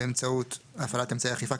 באמצעות הפעלת אמצעי אכיפה".